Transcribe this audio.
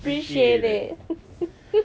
appreciated